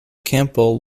campbell